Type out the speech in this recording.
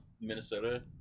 Minnesota